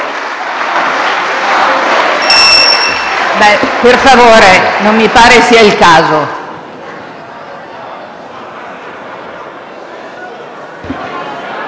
Per favore, non mi pare sia il caso.